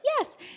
yes